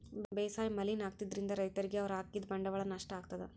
ಬೇಸಾಯ್ ಮಲಿನ್ ಆಗ್ತದ್ರಿನ್ದ್ ರೈತರಿಗ್ ಅವ್ರ್ ಹಾಕಿದ್ ಬಂಡವಾಳ್ ನಷ್ಟ್ ಆಗ್ತದಾ